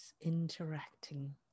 interacting